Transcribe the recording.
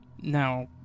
Now